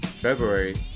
february